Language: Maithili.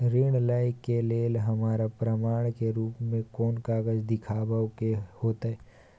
ऋण लय के लेल हमरा प्रमाण के रूप में कोन कागज़ दिखाबै के होतय?